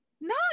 No